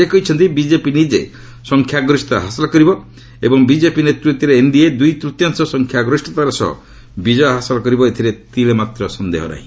ସେ କହିଛନ୍ତି ବିଜେପି ନିଜେ ସଂଖ୍ୟା ଗରିଷତା ହାସଲ କରିବ ଏବଂ ବିଜେପି ନେତୃତ୍ୱରେ ଏନ୍ଡିଏ ଦୁଇ ତୃତୀୟାଂଶ ସଂଖ୍ୟା ଗରିଷତାର ସହ ବିଜୟ ହାସଲ କରିବ ଏଥିରେ ତିଳେମାତ୍ର ସନ୍ଦେହ ନାହିଁ